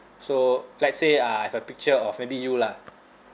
so let's say uh I have a picture of maybe you lah